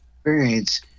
experience